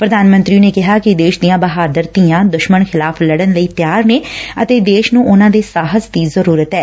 ਪ੍ਰਧਾਨ ਮੰਤਰੀ ਨੇ ਕਿਹਾ ਕਿ ਦੇਸ਼ ਦੀਆਂ ਬਹਾਦਰ ਬੇਟੀਆਂ ਦੁਸ਼ਮਣ ਖਿਲਾਫ਼ ਲੜਨ ਲਈ ਤਿਆਰ ਨੇ ਅਤੇ ਦੇਸ਼ ਨੂੰ ਉਨੂਂ ਦੇ ਸਾਹਸ ਦੀ ਲੋੜ ਐ